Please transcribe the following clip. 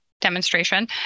demonstration